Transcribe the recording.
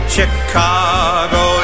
Chicago